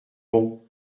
pont